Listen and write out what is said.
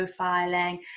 profiling